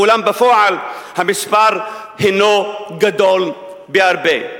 אולם בפועל המספר גדול בהרבה.